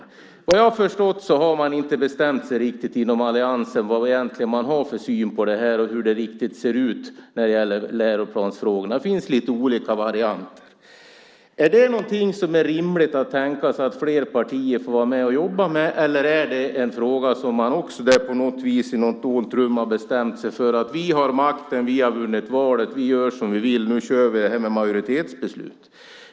Såvitt jag har förstått har man inte bestämt sig inom alliansen om vad man ska ha för syn på detta och hur det riktigt ser ut när det gäller läroplansfrågorna. Det finns lite olika varianter. Är det något som det är rimligt att tänka sig att fler partier får vara med och jobba med, eller är det en fråga där man också på något vis i något dolt rum har bestämt sig för att eftersom man har makten och vunnit valet gör man som man vill och kör med majoritetsbeslut?